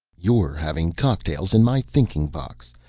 you're having cocktails in my thinking box.